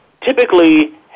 typically